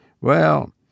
Well